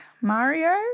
mario